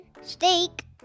steak